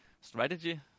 strategy